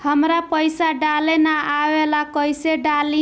हमरा पईसा डाले ना आवेला कइसे डाली?